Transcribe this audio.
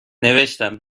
نوشتم